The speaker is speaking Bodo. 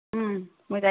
उम